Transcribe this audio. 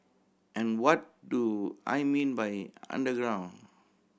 and what do I mean by underground